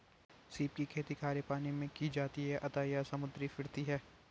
सीप की खेती खारे पानी मैं की जाती है अतः यह समुद्री फिरती है